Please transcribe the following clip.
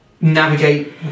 navigate